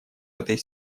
этой